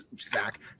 Zach